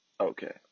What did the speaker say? Okay